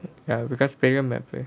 ya because பெரிய:periya matter ah